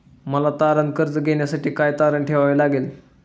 मला तारण कर्ज घेण्यासाठी काय तारण ठेवावे लागेल?